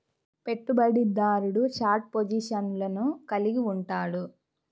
పెట్టుబడిదారుడు షార్ట్ పొజిషన్లను కలిగి ఉంటాడు